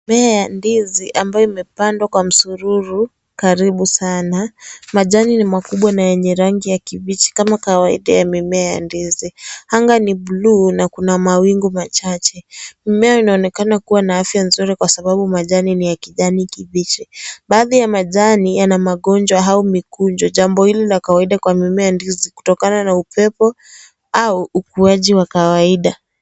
Mimea ya ndizi ambayo imepandwa kwa msururu karibu sana majani ni makubwa na yenye rangi ya kibichi kama kawaida ya mimea ya ndizi anga ni blue na kuna mawingu machache mmea unaonekana kuwa na afya nzuri kwa sababu majani ni ya kijani kibichi, baadhi ya majani yana magonjwa au mikunjo, jambo hili ni la kawaida kwa mimea ya ndizi kutokana na upepo au ukuaji wa kawaida.